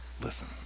Listen